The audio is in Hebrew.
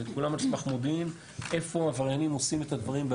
זה הכול על סמך מודיעין איפה העבריינים עושים את הדברים.